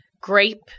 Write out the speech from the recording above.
Grape